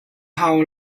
hau